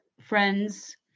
friends